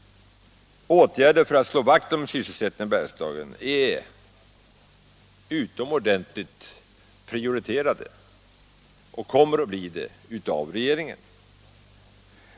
Åtgärder för att slå vakt om sysselsättningen i Bergslagen är redan prioriterade och kommer att bli det av regeringen.